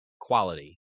quality